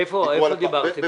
איפה דיברתם איתם?